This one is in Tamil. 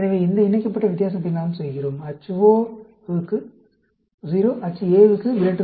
எனவே இந்த இணைக்கப்பட்ட வித்தியாசத்தை நாம் செய்கிறோம் Ho வுக்கு 0 HA வுக்கு 0